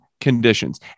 conditions